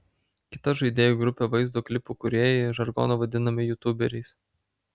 kita žaidėjų grupė vaizdo klipų kūrėjai žargonu vadinami jutuberiais